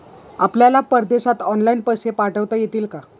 आपल्याला परदेशात ऑनलाइन पैसे पाठवता येतील का?